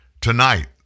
Tonight